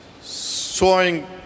sowing